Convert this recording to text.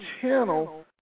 channel